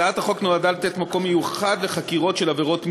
הצעת החוק נועדה לתת מקום מיוחד לחקירות של עבירות מין,